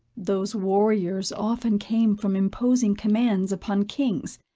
those warriors often came from imposing commands upon kings,